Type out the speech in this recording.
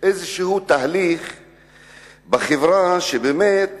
איזה תהליך בחברה, שבאמת